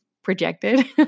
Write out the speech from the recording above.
Projected